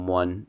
one